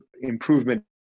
improvement